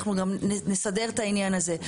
אנחנו נסדר את העניין הזה.